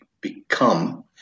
become